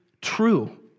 true